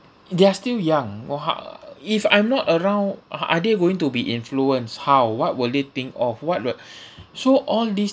they are still young !wah! if I'm not around are are they going to be influenced how what will they think of what would so all these